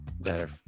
better